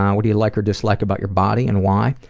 what do you like or dislike about your body and why?